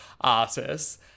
artists